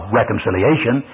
reconciliation